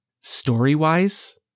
story-wise